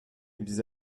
ils